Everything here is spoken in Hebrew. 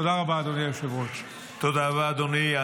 תודה רבה, אדוני היושב-ראש.